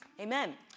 Amen